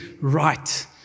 right